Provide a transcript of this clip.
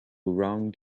wronged